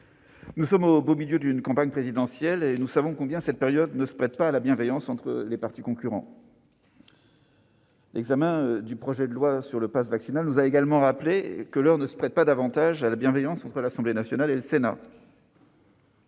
nous sommes au beau milieu d'une campagne présidentielle et nous savons que cette période ne se prête pas à la bienveillance entre partis concurrents. L'examen du projet de loi sur le passe vaccinal nous a également rappelé que l'heure ne se prêtait pas davantage à la bienveillance entre l'Assemblée nationale et le Sénat.